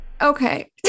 Okay